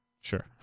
sure